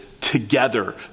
together